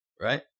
right